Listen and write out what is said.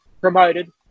promoted